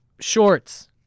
Shorts